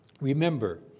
remember